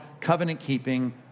covenant-keeping